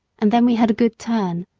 and then we had a good turn.